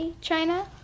China